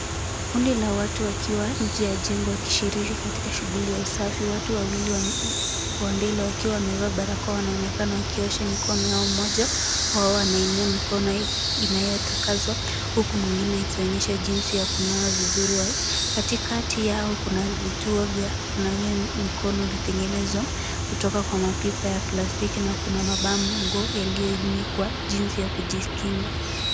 Kundi la watu wakiwa nje ya jengo wakishiriki katika shughuli ya usafi. Watu wawili wa mbele wakiwa wamevaa barakoa wanaonekana wakiosha mikono yao. Mmoja wao anainua mikono inayotakaswa huku mwingine akionyesha jinsi ya kunawa vizuri. Katikati yao kuna vituo vya kunawia mikono iliyotengenezwa kutoka kwa mapipa ya plastiki na kuna mabango yaliyoandikwa jinsi ya kujikinga.